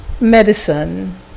medicine